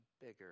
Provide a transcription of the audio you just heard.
bigger